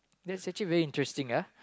that's actually very interesting ah